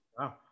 Wow